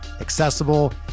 accessible